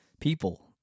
people